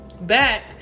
back